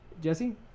Jesse